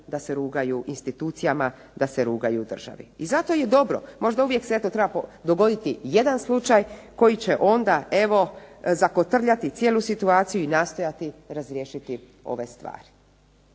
da se rugaju institucijama, da se rugaju državi. I zato je dobro, možda uvijek se eto treba dogoditi jedan slučaj koji će onda evo zakotrljati cijelu situaciju i nastojati razriješiti ove stvari.